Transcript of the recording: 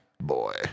Boy